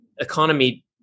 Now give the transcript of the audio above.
economy